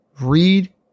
read